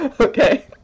okay